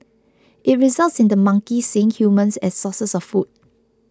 it results in the monkeys seeing humans as sources of food